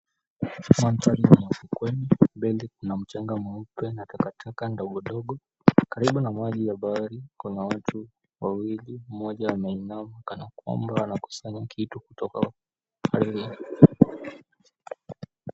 Maandhari ya mafukweni, mbele kuna mchanga mweupe na takataka madogo madogo, karibu na maji ya bahari kuna watu wawili, mmoja anainama kana kwamba anakusanya kitu kutoka baharini.